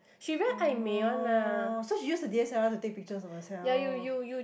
oh so she use the D_S_L_R to take pictures of herself